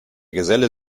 geselle